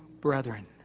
brethren